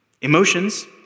Emotions